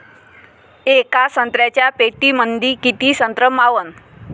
येका संत्र्याच्या पेटीमंदी किती संत्र मावन?